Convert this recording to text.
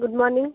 good morning